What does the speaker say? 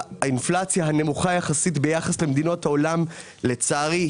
האינפלציה הנמוכה יחסית ביחס למדינות העולם מטעה.